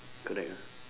correct ah